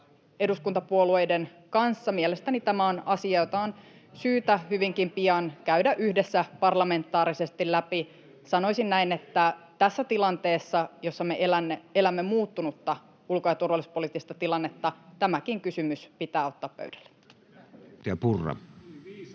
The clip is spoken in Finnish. eduskuntapuolueiden kanssa. Mielestäni tämä on asia, jota on syytä hyvinkin pian käydä yhdessä parlamentaarisesti läpi. Sanoisin näin, että tässä tilanteessa, jossa me elämme muuttunutta ulko- ja turvallisuuspoliittista tilannetta, tämäkin kysymys pitää ottaa pöydälle.